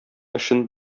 эшен